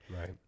Right